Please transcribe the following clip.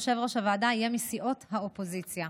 יושב-ראש הוועדה יהיה מסיעות האופוזיציה.